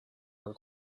her